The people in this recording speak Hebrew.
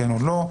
כן או לא,